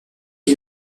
qui